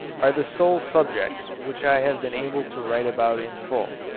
are the sole subjects which i have been able to write about in full,